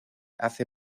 hace